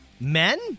men